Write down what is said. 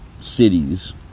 cities